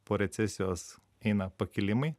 po recesijos eina pakilimai